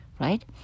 right